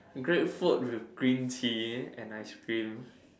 grapefruit with green tea and ice cream